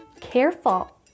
careful